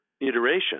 iteration